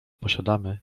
posiadamy